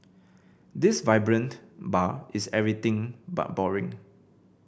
this vibrant bar is everything but boring